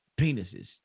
penises